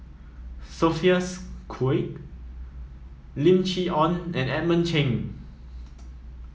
Sophia's Lim Chee Onn and Edmund Cheng